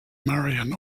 marian